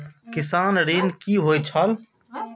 किसान ऋण की होय छल?